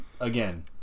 again